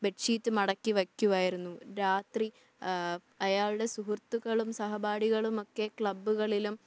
bed sheet മടക്കി വയ്ക്കുമായിരുന്നു രാത്രി അയാളുടെ സുഹൃത്തുക്കളും സഹപാഠികളുമൊക്കെ ക്ലബ്ബുകളിലും